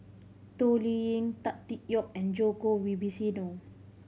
Toh Liying Tan Tee Yoke and Djoko Wibisono